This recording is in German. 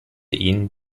ihn